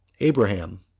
abraham,